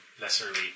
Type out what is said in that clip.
lesserly